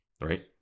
Right